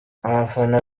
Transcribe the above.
abafana